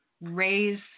raise